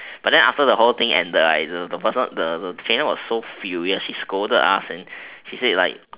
but then after the whole thing and the and the senior was so furious and scolded and she said like